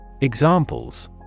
Examples